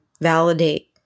validate